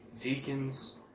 deacons